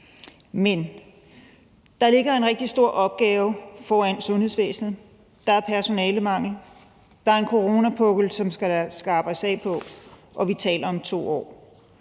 Men der ligger en rigtig stor opgave foran sundhedsvæsenet: Der er personalemangel, der er en coronapukkel, som der skal arbejdes af på, og vi taler om 2 år.